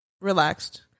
relaxed